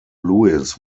lewis